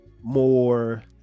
more